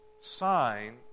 sign